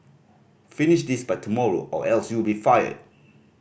finish this by tomorrow or else you'll be fired